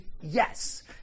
Yes